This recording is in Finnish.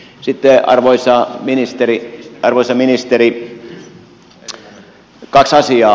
sitten arvoisa ministeri kaksi asiaa